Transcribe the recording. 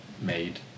made